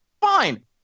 fine